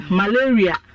malaria